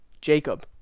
Jacob